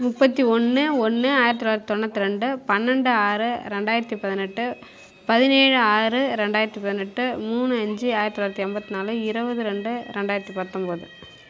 முப்பத்தி ஒன்று ஒன்று ஆயிரத்தி தொள்ளாயிரத்தி தொண்ணூற்றி ரெண்டு பன்னெண்டு ஆறு ரெண்டாயிரத்தி பதினெட்டு பதினேழு ஆறு ரெண்டாயிரத்தி பதினெட்டு மூணு அஞ்சு ஆயிரத்தி தொள்ளாயிரத்தி எண்பத்தி நாலு இருபது ரெண்டு ரெண்டாயிரத்தி பத்தொம்பது